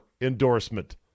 endorsement